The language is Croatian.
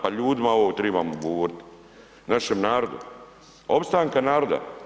Pa ljudima ovo tribamo govoriti, našem narodu, opstanka naroda.